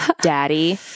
daddy